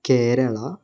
Kerala